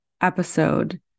episode